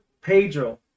Pedro